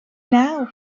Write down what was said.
naw